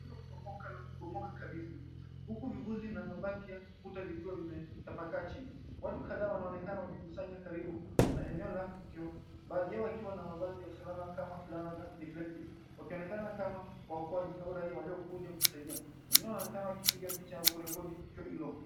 Kilo promoka na kubomoka kabisa. Huku vivuzi na mabaki ya kukuta vikiwa vimetapakaa chini. Watu kadhaa wanaonekana wakikusanya karibu na eneo la tukio, baadhi yao wakiwa na mavazi ya usalama kama fulana za reflective , wakionekana kama waokoaji hao raia waliokuja kusaidia. Wengine wanaonekana wakipiga picha au kurekodi tukio hilo.